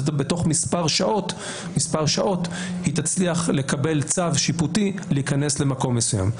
זה שבתוך מספר שעות היא תצליח לקבל צו שיפוטי להיכנס למקום מסוים.